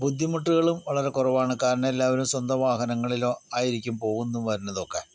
ബുദ്ധിമുട്ടുകളും വളരെ കുറവാണ് കാരണം എല്ലാവരും സ്വന്തം വാഹനങ്ങളിലൊ ആയിരിക്കും പോകുന്നതും വരണതും ഒക്കെ